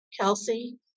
Kelsey